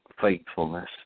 faithfulness